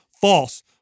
False